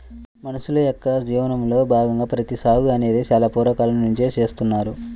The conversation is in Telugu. మనుషుల యొక్క జీవనంలో భాగంగా ప్రత్తి సాగు అనేది చాలా పూర్వ కాలం నుంచే చేస్తున్నారు